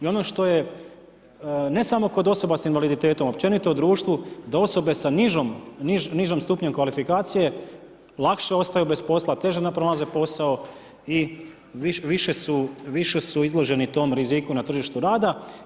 I ono što je ne samo kod osoba sa invaliditetom, općenito u društvu da osobe sa nižim stupnjem kvalifikacije lakše ostaju bez posla, teže pronalaze posao i više su izloženi tom riziku na tržištu rada.